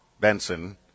Benson